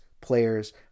players